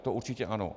To určitě ano.